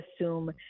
assume